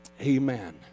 amen